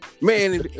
Man